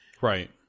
Right